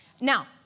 Now